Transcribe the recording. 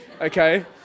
okay